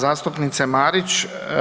zastupnice Marić.